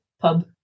pub